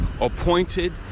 appointed